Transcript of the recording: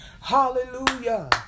Hallelujah